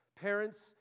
parents